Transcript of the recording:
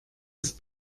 ist